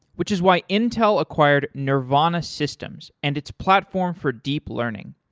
which is why intel acquired nervana systems and its platform for deep learning.